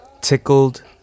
Tickled